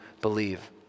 believe